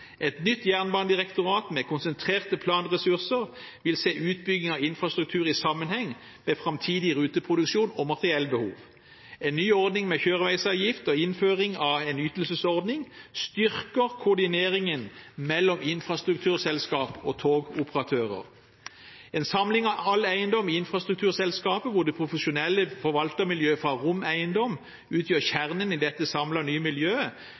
Et nytt jernbanedirektorat med konsentrerte planressurser vil se utbygging av infrastruktur i sammenheng med framtidig ruteproduksjon og materiellbehov. En ny ordning med kjøreveisavgift og innføring av en ytelsesordning styrker koordineringen mellom infrastrukturselskap og togoperatører. En samling av all eiendom i infrastrukturselskapet, hvor det profesjonelle forvaltermiljøet fra ROM Eiendom utgjør kjernen i dette samlede, nye